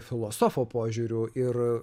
filosofo požiūriu ir